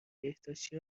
بهداشتی